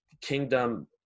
kingdom